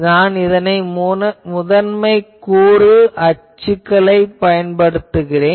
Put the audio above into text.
நான் இந்த முதன்மைக் கூறு அச்சுகளைப் பயன்படுத்துகிறேன்